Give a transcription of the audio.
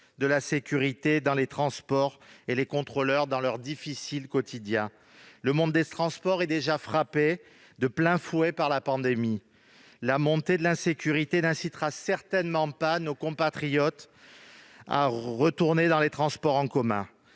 de la sécurité des transports et les contrôleurs dans leur quotidien difficile. Le secteur des transports est frappé de plein fouet par la pandémie, et la montée de l'insécurité n'incitera certainement pas nos compatriotes à reprendre les transports en commun